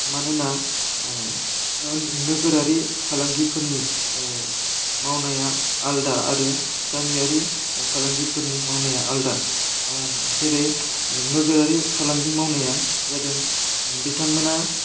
मानोना नोगोरारि फालांगिफोरनि मावनाया आलदा आरो गामियारि फालांगिफोरनि मावनाया आलदा जेरै नोगोरारि फालांगि मावनाया जादों बिथांमोना